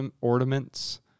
ornaments